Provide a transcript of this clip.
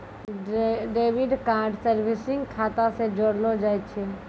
debit card savings खाता से जोड़लो जाय छै